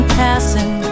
passing